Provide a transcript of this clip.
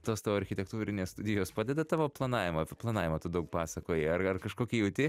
tos tavo architektūrinės studijos padeda tavo planavimo planavimą tu daug pasakojai ar kažkokį jauti